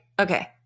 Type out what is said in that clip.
okay